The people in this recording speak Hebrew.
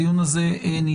הדיון הזה נדחה.